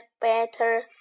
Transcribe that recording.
better